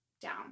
down